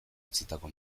utzitako